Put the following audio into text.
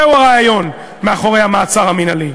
זהו הרעיון מאחורי המעצר המינהלי.